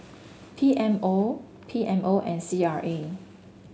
P M O P M O and C R A